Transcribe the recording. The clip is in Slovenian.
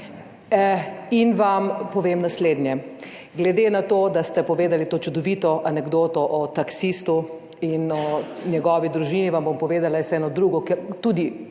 in vam povem naslednje. Glede na to, da ste povedali to čudovito anekdoto o taksistu in o njegovi družini vam bom povedala jaz eno drugo, ker